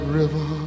river